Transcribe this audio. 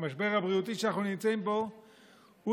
המשבר הבריאותי שאנחנו נמצאים בו הוא